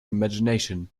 imagination